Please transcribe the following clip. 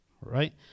right